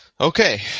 Okay